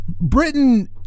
Britain